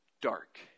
dark